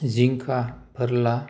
जिंखा फोरला